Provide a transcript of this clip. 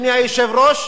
אדוני היושב-ראש?